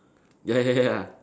ya ya ya ya ya